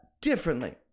differently